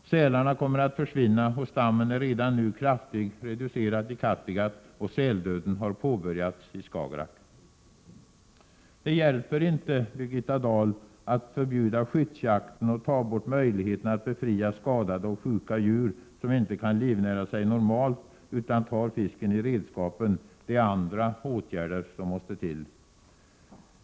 Sälarna kommer att försvinna; stammen är redan nu kraftigt reducerad i Kattegatt och säldöden har påbörjats i Skagerrak. Det hjälper inte, Birgitta Dahl, att förbjuda skyddsjakten och ta bort möjligheten att befria skadade och sjuka djur, som inte kan livnära sig på normalt sätt utan tar fisken i redskapen. Det är andra åtgärder som måste till.